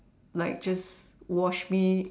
like just wash me